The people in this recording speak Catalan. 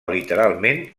literalment